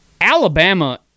Alabama